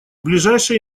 ближайшие